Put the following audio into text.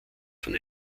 von